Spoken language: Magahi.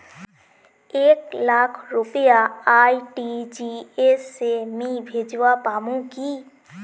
एक लाख रुपया आर.टी.जी.एस से मी भेजवा पामु की